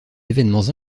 événements